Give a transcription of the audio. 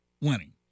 winning